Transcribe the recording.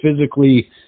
physically